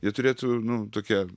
jie turėtų nu tokie